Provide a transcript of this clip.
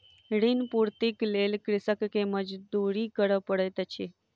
ऋण पूर्तीक लेल कृषक के मजदूरी करअ पड़ैत अछि